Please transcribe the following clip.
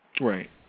Right